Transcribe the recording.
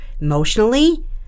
emotionally